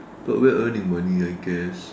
but we're earning money I guess